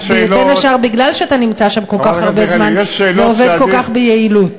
בין השאר מפני שאתה נמצא שם כל כך הרבה זמן ועובד כל כך ביעילות.